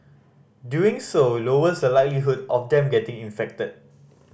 doing so lowers the likelihood of them getting infected